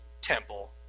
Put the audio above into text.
temple